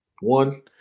One